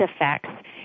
effects